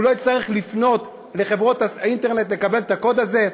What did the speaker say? הוא לא יצטרך לפנות לחברות האינטרנט לקבל את הקוד הזה.